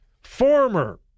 former